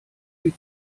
die